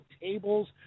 tables